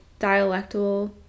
dialectal